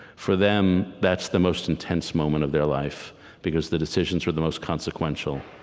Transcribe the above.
for them, that's the most intense moment of their life because the decisions are the most consequential.